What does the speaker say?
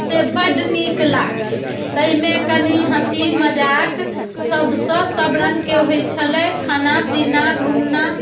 से बड नीक लागल ताहिमे कनी हँसी मजाक सबसँ सब रङ्गके होइत छलै खाना पीना घूमना